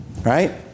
Right